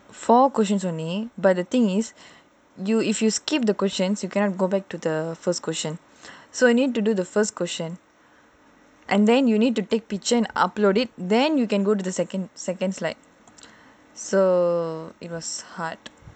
four questions only but the thing is you if you skip the questions you cannot go back to the first question so you need to do the first question and then you need to take picture and upload it then you can go to the second second slide so it was hard